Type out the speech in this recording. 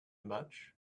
much